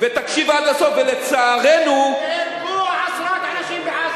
ותקשיב עד הסוף, ולצערנו, נהרגו עשרות אנשים בעזה.